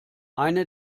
eine